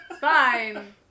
fine